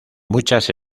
muchas